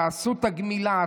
תעשו את הגמילה,